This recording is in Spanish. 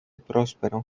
próspero